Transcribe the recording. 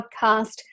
podcast